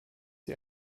sie